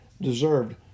deserved